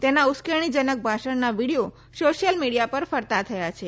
તેના ઉશ્કેરણીજનક ભાષણના વિડિયો સોશિયસ મિડિથી પર ફરતા થયા છે